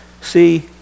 See